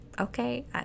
okay